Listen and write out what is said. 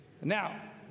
Now